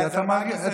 אז על מה הגזענות?